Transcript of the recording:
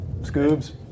Scoobs